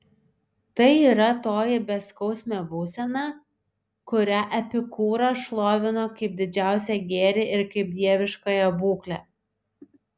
tai yra toji beskausmė būsena kurią epikūras šlovino kaip didžiausią gėrį ir kaip dieviškąją būklę